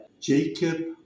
Jacob